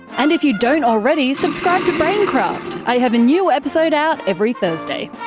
and if you don't already, subscribe to braincraft! i have a new episode out every thursday.